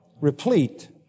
replete